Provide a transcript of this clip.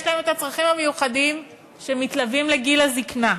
יש להם הצרכים המיוחדים שמתלווים לגיל הזיקנה.